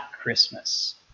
Christmas